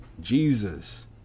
Jesus